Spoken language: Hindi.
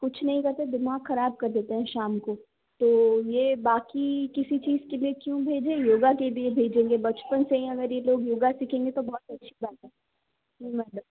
कुछ नहीं करते दिमाग खराब कर देते हैं शाम को तो ये बाँकी किसी चीज के लिए क्यों भेजें योगा के लिए भेजेंगे बचपन से हीं ये लोग अगर योगा सीखेंगे तो बहुत कुछ जानेंगे जी मैडम